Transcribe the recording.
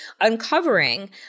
uncovering